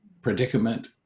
predicament